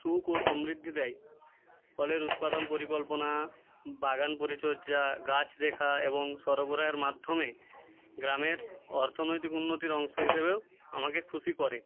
সুখ ও সমৃদ্ধি দেয় ফলের উৎপাদন পরিকল্পনা বাগান পরিচর্যা গাছ দেখা এবং সরবরাহের মাধ্যমে গ্রামের অর্থনৈতিক উন্নতির অংশ হিসাবেও আমাকে খুশি করে